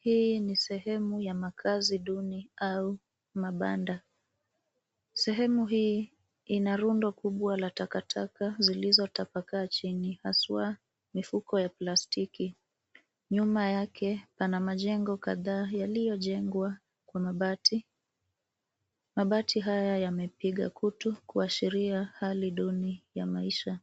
Hii ni sehemu ya makazi duni au mabanda. Sehemu hii ina rundo kubwa za takataka zilizotapakaa chini haswa mifuko ya plastiki .Nyuma yake pana majengo kadhaa yaliyojengwa kwa mabati. Mbati haya yamepiga kutu kuashiria hali duni ya maisha.